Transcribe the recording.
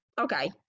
Okay